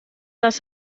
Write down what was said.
das